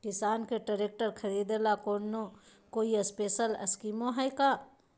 किसान के ट्रैक्टर खरीदे ला कोई स्पेशल स्कीमो हइ का?